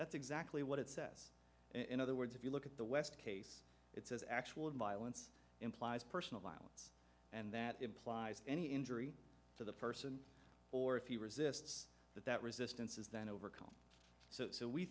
that's exactly what it says in other words if you look at the west case it's actual violence implies personal violence and that implies any injury to the person or if he resists that that resistance is then overcome so so we